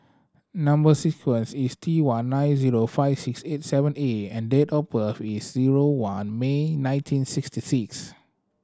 number sequence is T one nine zero five six eight seven A and date of birth is zero one May nineteen sixty six